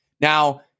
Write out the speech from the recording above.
Now